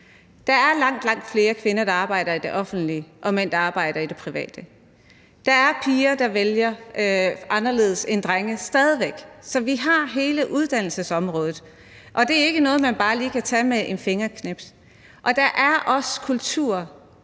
langt, langt flere kvinder, der arbejder i det offentlige, og mænd, der arbejder i det private. Der er piger, der vælger anderledes end drenge stadig væk, så vi har hele uddannelsesområdet, og det er ikke noget, man bare lige kan ordne med et fingerknips. Der skal